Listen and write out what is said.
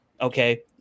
Okay